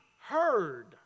heard